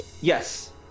Yes